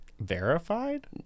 verified